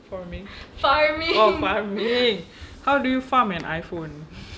forming oh farming how do you farm an iphone